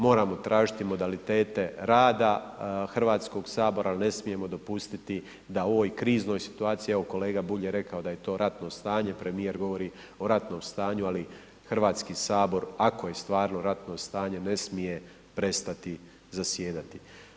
Moramo tražiti modalitete rada Hrvatskog sabora, ali ne smijemo dopustiti da u ovoj kriznoj situaciji, evo kolega Bulj je rekao da je to ratno stanje, premijer govori o ratnom stanju, ali Hrvatski sabor ako je stvarno ratno stanje ne smije prestati zasjedati.